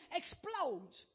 explodes